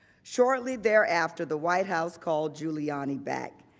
shortly thereafter, the white house called giuliani back.